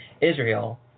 Israel